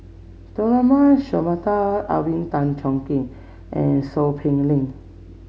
Tharman Shanmugaratnam Alvin Tan Cheong Kheng and Seow Peck Leng